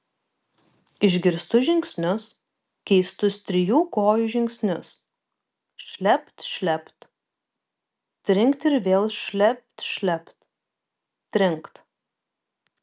išgirstu žingsnius keistus trijų kojų žingsnius šlept šlept trinkt ir vėl šlept šlept trinkt